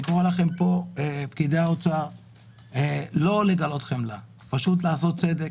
אני קורא לפקידי משרד האוצר לא לגלות חמלה אלא פשוט לעשות צדק.